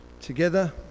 together